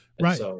right